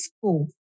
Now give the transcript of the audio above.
school